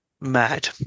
mad